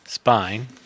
spine